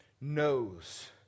knows